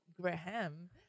Graham